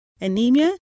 anemia